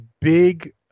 big